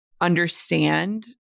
understand